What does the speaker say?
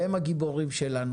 הם הגיבורים שלנו.